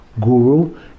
Guru